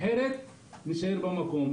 אחרת נישאר במקום.